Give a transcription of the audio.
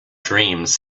dreams